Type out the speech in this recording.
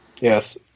Yes